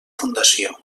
fundació